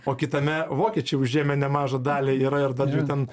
o kitame vokiečiai užėmę nemažą dalį yra ir dabar jų ten